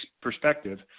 perspective